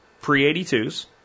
pre-82s